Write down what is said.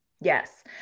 Yes